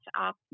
up